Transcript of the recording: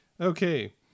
Okay